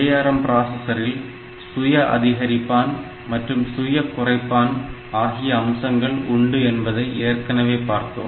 ARM பிராசஸரில் சுய அதிகரிப்பான் மற்றும் சுய குறைப்பான் ஆகிய அம்சங்கள் உண்டு என்பதை ஏற்கனவே பார்த்தோம்